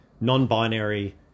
non-binary